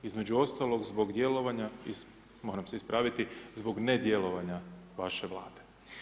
Između ostalog zbog djelovanja iz, moram se ispraviti, zbog nedjelovanja vaše Vlade.